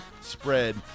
spread